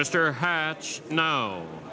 mr hatch now